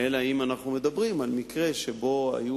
אלא אם כן אנחנו מדברים על מקרה שבו היו